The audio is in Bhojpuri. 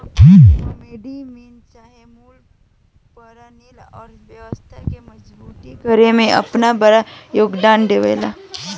कमोडिटी मनी चाहे मूल परनाली अर्थव्यवस्था के मजबूत करे में आपन बड़का योगदान देवेला